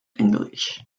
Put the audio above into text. english